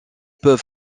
peuvent